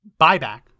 buyback